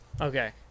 okay